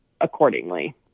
accordingly